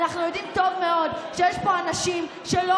אנחנו יודעים טוב מאוד שיש פה אנשים שלא